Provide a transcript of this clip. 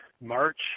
March